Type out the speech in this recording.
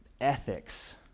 ethics